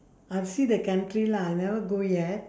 I'll see the country lah never go yet